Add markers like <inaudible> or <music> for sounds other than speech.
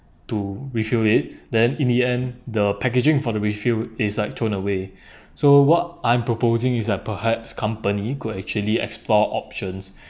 to refill it <breath> then in the end the packaging for the refill is like thrown away <breath> so what I'm proposing is that perhaps company could actually explore options <breath>